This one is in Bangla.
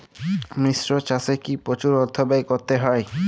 মিশ্র চাষে কি প্রচুর অর্থ ব্যয় করতে হয়?